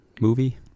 movie